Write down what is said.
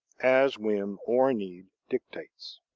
as whim or need dictates.